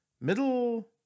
middle